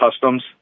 Customs